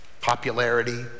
popularity